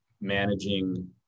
managing